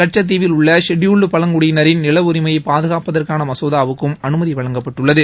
வட்சத்தீவில் உள்ள ஷெட்யூல்ட் பழங்குடியினாின் நில உரிமையை பாதுகாப்பதற்கான மசோதாவுக்கும் அனுமதி வழங்கப்பட்டுள்ளது